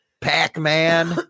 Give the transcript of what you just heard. Pac-Man